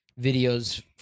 videos